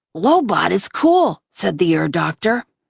lobot ah but is cool, said the ear doctor.